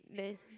then